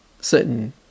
certain